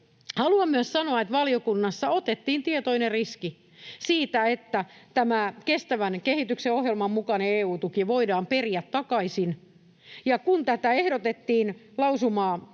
Haluan myös sanoa, että valiokunnassa otettiin tietoinen riski siitä, että tämä kestävän kehityksen ohjelman mukainen EU-tuki voidaan periä takaisin. Kun ehdotettiin lausumaa